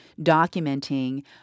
documenting